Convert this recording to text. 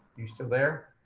you still there?